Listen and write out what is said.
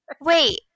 wait